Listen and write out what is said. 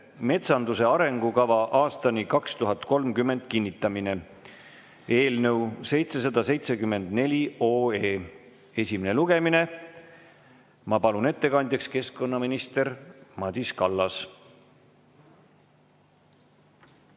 "Metsanduse arengukava aastani 2030 kinnitamine" eelnõu 774 esimene lugemine. Ma palun ettekandjaks keskkonnaminister Madis Kallase.